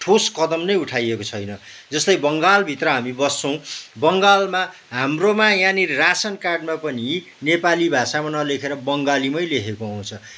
ठोस् कदम नै उठाइएको छैन जस्तै बङ्गालभित्र हामी बस्छौँ बङ्गालमा हाम्रोमा यहाँनिर रासन कार्डमा पनि नेपाली भाषामा नलेखेर बङ्गालीमै लेखेको आउँछ